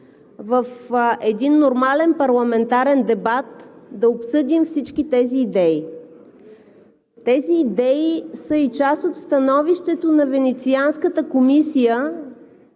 в един нормален парламентарен дебат да обсъдим всички тези идеи. Тези идеи са и част от становището на Венецианската комисия,